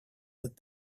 with